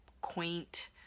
quaint